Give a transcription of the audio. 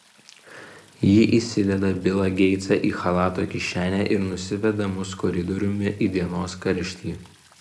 ji įsideda bilą geitsą į chalato kišenę ir nusiveda mus koridoriumi į dienos karštį